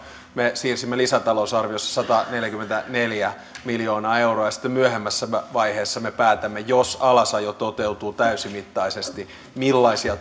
me siirsimme lisätalousarviossa sataneljäkymmentäneljä miljoonaa euroa ja sitten myöhemmässä vaiheessa me päätämme jos alasajo toteutuu täysimittaisesti millaisia